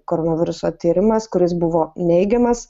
koronaviruso tyrimas kuris buvo neigiamas